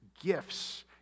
gifts